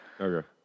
Okay